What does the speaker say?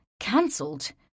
Cancelled